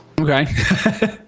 okay